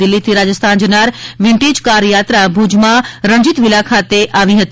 દિલ્હીથી રાજસ્થાન જનાર vintage car યાત્રા ભુજમાં રણજિત વિલા ખાતે આવી હતી